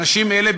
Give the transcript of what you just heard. אנשים אלה,